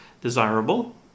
desirable